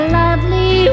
lovely